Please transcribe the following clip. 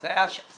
זה היה שלנו.